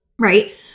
right